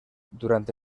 durante